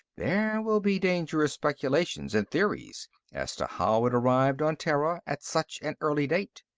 there will be dangerous speculations and theories as to how it arrived on terra at such an early date.